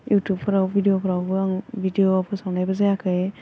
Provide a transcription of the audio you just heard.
इउथुबफोराव भिदिअफोरावबो आङो भिदिअ फोसावनायबो जायाखै